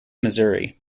missouri